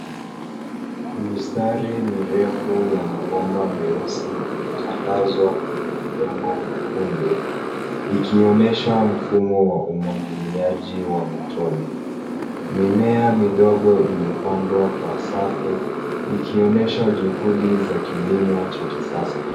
Mistari mirefu ya mabomba meusi imetandazwa kwenye udongo mwekundu, ikionyesha mfumo wa umwagiliaji wa matone. Mimea midogo imepandwa kwa safu, ikionyesha juhudi za kilimo cha kisasa.